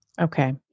Okay